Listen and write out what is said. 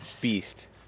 beast